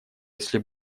если